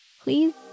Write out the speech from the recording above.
please